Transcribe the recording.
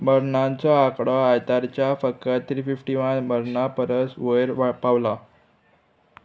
मरणांचो आंकडो आयतारच्या फकत थ्री फिफ्टी वन मरणां परस वयर वापावला